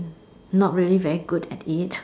not really very good at it